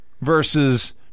versus